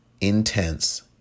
intense